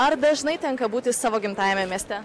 ar dažnai tenka būti savo gimtajame mieste